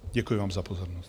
Děkuji vám za pozornost.